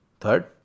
third